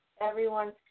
everyone's